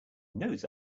knows